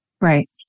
Right